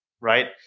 right